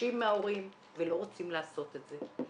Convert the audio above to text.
חוששים מההורים ולא רוצים לעשות את זה.